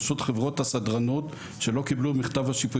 פשוט חברות הסדרנות שלא קיבלו מכתב שיפוי